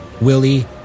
Willie